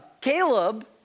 Caleb